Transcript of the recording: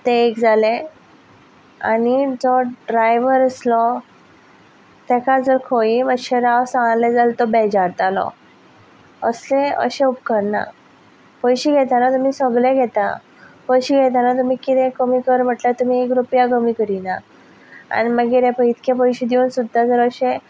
तें एक जालें आनी जो ड्रायवर आसलो तेका जर खंय मातशें राव सांगलें जाल्यार तो बेजारतालो असलें अशें उपकारना पयशे घेताना तुमी सगळे घेता पयशे घेताना तुमी कितेंय कमी कर म्हणल्यार एक रुपया कमी करीना आनी मागीर एपय इतके पयशे दिवन सुद्दां जर अशें